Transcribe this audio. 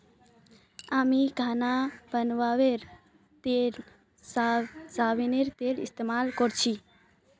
हामी खाना बनव्वार तने सोयाबीनेर तेल इस्तेमाल करछी